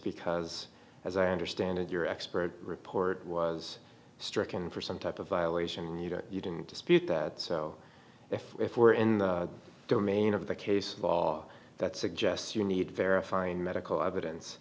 because as i understand it your expert report was stricken for some type of violation and you know you didn't dispute that so if we're in the domain of the case law that suggests you need verifying medical evidence